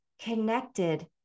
connected